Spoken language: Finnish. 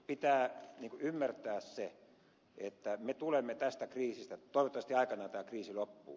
pitää ymmärtää se että me tulemme tästä kriisistä toivottavasti aikanaan tämä kriisi loppu